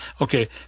Okay